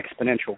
exponential